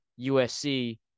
USC